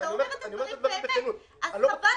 אתה אומר את הדברים באמת, אז חבל